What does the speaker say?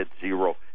zero